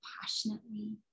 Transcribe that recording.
passionately